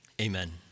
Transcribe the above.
amen